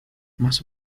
más